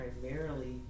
primarily